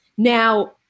Now